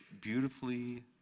beautifully